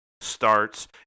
starts